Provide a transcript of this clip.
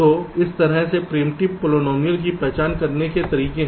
तो इस तरह के प्रिमिटिव पोलीनोमिअल की पहचान करने के तरीके हैं